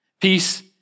Peace